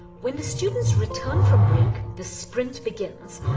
when the students return from break, the sprint begins.